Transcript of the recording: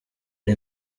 ari